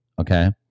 okay